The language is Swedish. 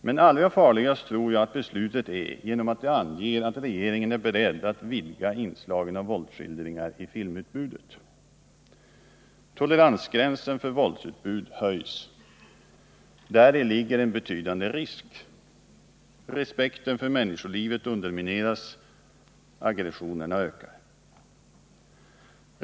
Men allra farligast tror jag att beslutet är genom att det anger att regeringen är beredd att vidga inslagen av våldsskildringar i filmutbudet. Toleransgränsen för våldsutbud höjs. Däri ligger en betydande risk. Respekten för människolivet undermineras, aggressionerna ökar.